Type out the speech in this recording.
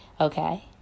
Okay